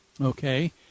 okay